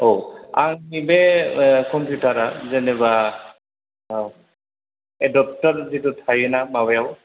औ आंनि बे कम्पिउटारा जेनोबा औ एडभटर जितु थायोना माबायाव